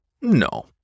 No